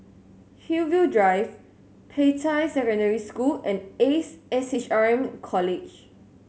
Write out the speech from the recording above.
Hillview Drive Peicai Secondary School and Ace S H R M College